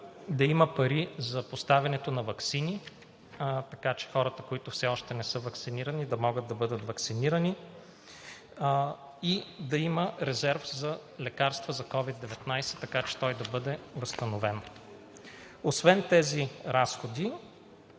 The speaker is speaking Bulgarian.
да има пари за поставянето на ваксини, така че хората, които все още не са ваксинирани, да могат да бъдат ваксинирани и да има резерв за лекарства за COVID-19, така че той да бъде възстановен. Освен тези разходи